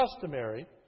customary